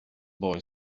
boy